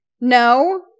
No